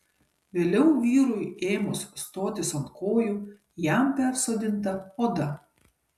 vėliau vyrui ėmus stotis ant kojų jam persodinta oda